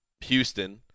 Houston